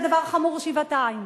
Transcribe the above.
זה דבר חמור שבעתיים.